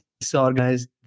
disorganized